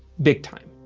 big time.